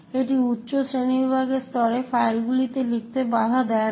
এটি উচ্চ শ্রেণীবিভাগের স্তরে ফাইলগুলিতে লিখতে বাধা দেয় না